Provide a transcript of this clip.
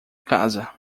casa